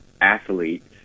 athletes